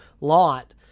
Lot